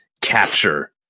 capture